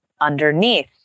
underneath